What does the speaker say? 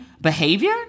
behavior